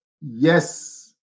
Yes